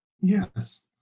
Yes